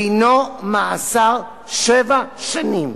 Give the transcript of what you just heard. דינו, מאסר שבע שנים".